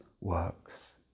works